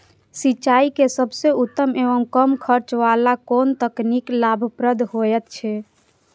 सिंचाई के सबसे उत्तम एवं कम खर्च वाला कोन तकनीक लाभप्रद होयत छै?